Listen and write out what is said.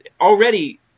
already